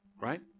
right